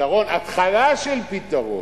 והתחלה של פתרון,